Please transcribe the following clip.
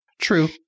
True